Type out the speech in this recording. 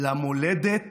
למולדת